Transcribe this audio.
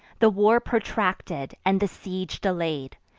the war protracted, and the siege delay'd,